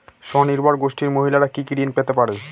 স্বনির্ভর গোষ্ঠীর মহিলারা কি কি ঋণ পেতে পারে?